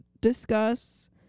discuss